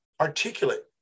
articulate